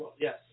Yes